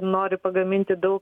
nori pagaminti daug